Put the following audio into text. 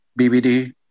BBD